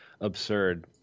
absurd